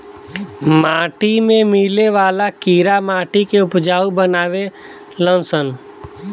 माटी में मिले वाला कीड़ा माटी के उपजाऊ बानावे लन सन